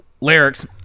lyrics